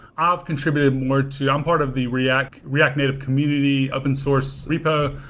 i've contributed more to i'm part of the react react native community open-source repo.